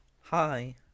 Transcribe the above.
hi